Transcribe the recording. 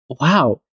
wow